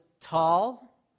tall